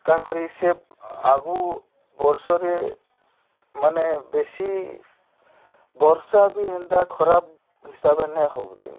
କାଁ 'କରି ସେ ଆଗୁ ବର୍ଷରେ ମାନେ ବେଶି ବର୍ଷା ବି ହେନ୍ତା ଖରାପ୍ ହିସାବେ ନାଇ ହେଉଥାଇ